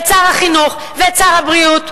את שר החינוך ואת שר הבריאות: